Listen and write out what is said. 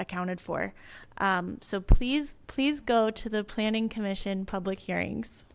accounted for so please please go to the planning commission public hearings